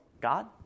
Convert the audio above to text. God